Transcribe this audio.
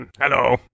Hello